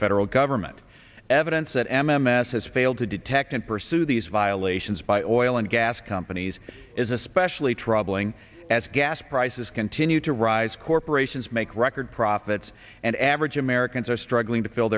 federal government evidence that m m s has failed to detect and pursue these violations by oil and gas companies is especially troubling as gas prices continue to rise corporations make record profits and average americans are struggling to fill